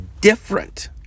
different